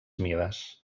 mides